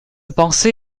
pensée